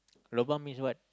lobang means what